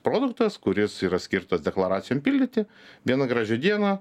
produktas kuris yra skirtas deklaracijom pildyti vieną gražią dieną